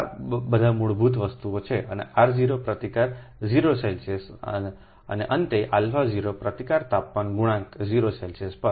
આ બધા મૂળભૂત વસ્તુ છે અનેR0 પ્રતિકાર00સેલ્સિયસ અને અંતેα0 પ્રતિકાર તાપમાન ગુણાંક00સેલ્સિયસ પર